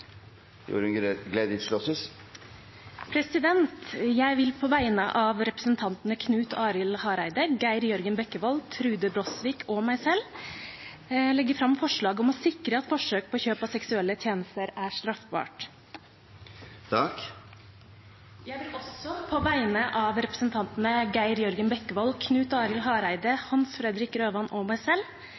to representantforslag. Jeg vil på vegne av representantene Knut Arild Hareide, Geir Jørgen Bekkevold, Trude Brosvik og meg selv legge fram forslag om å sikre at forsøk på kjøp av seksuelle tjenester er straffbart. Jeg vil også på vegne av representantene Geir Jørgen Bekkevold, Knut Arild Hareide, Hans Fredrik Grøvan og meg selv